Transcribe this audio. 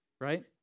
right